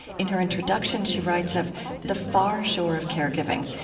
in her introduction, she writes of the far shore of caregiving,